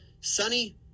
sunny